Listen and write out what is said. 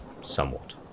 somewhat